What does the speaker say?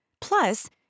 Plus